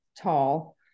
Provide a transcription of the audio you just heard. tall